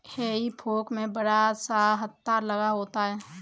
हेई फोक में बड़ा सा हत्था लगा होता है